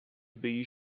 bee